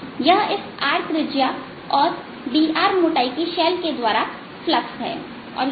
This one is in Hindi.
यह इस r त्रिज्या और dr मोटाई की शैल के द्वारा फ्लक्स है